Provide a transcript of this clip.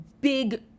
big